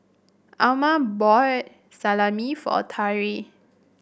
Amma bought Salami for Tari